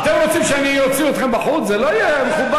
אני אפילו מוותר על זכותי לומר במקרה הזה מי משנינו דובר אמת.